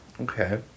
Okay